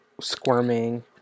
squirming